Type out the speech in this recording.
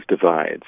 divides